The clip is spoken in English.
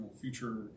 future